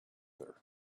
her